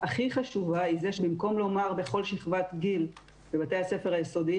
הכי חשובה היא זו שבמקום לומר בכל שכבת גיל בבתי הספר היסודיים